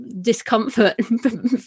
discomfort